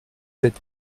sept